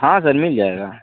हाँ सर मिल जाएगा